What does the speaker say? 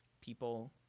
people